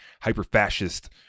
hyper-fascist